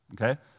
okay